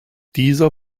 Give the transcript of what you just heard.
dieser